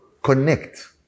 Connect